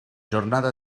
jornada